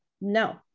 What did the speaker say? No